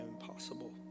impossible